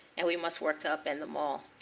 and we must work to upend them all.